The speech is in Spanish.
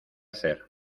hacer